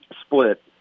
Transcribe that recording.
split